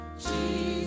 Jesus